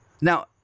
Now –